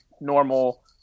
normal